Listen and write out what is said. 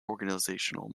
organizational